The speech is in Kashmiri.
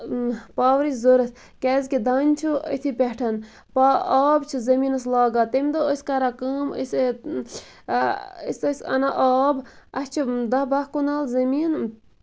اۭں پاورٕچ ضرورت کیازِ کہِ دانہِ چھُ أتھۍ پٮ۪ٹھ آب چھُ زٔمیٖنَس لاگان تَمہِ دۄہ ٲسۍ کران کٲم أسۍ ٲسۍ أسۍ ٲسۍ اَنان آب اَسہِ چھُ دہ باہہ کنال زٔمیٖن